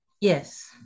yes